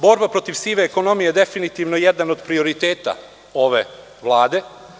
Borba protiv sive ekonomije definitivno je jedan od prioriteta ove Vlade.